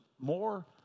more